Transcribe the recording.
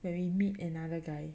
when we meet another guy